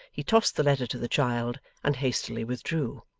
he tossed the letter to the child, and hastily withdrew.